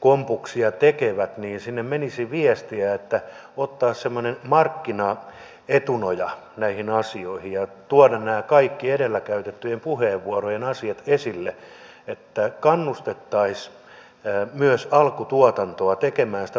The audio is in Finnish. kompuksia tekevät menisi viestiä että otettaisiin semmoinen markkinaetunoja näihin asioihin ja tuotaisiin nämä kaikki edellä käytettyjen puheenvuorojen asiat esille että kannustettaisiin myös alkutuotantoa tekemään niitä markkinaponnisteluja